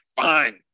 Fine